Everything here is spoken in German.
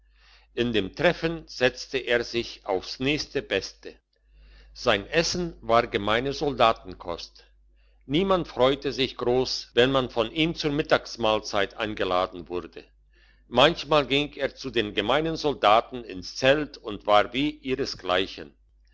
in dem treffen setzte er sich aufs nächste beste sein essen war gemeine soldatenkost niemand freute sich gross wenn man von ihm zur mittagsmahlzeit eingeladen wurde manchmal ging er zu den gemeinen soldaten ins zelt und war wie ihresgleichen